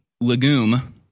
Legume